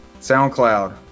SoundCloud